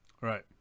Right